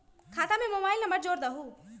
खाता में mobile number जोड़ दहु?